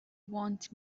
want